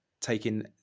taking